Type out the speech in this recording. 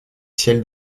ciel